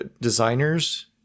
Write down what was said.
designers